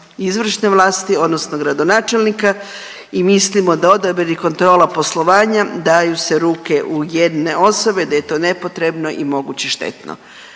izvršne vlasti odnosno gradonačelnika i mislimo da odabir i kontrola poslovanja daju se ruke u jedne osobe da je to nepotrebno i moguće štetno.